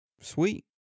Sweet